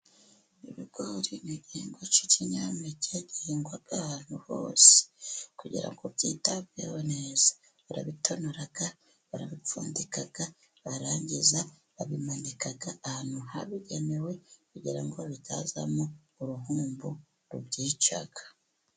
Ibigori ni igihingwa cy'ikinyampeke gihingwa ahantu hose. Kugira ngo byitabweho neza, barabitonora, barabipfundika, barangiza babimanika ahantu habigenewe kugira ngo bitazamo uruhumbu rubyica.